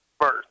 first